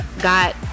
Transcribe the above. got